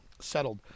settled